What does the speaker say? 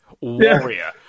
warrior